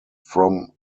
from